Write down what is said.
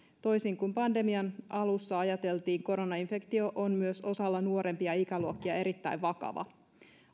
toisin kuin pandemian alussa ajateltiin koronainfektio on myös osalla nuorempia ikäluokkia erittäin vakava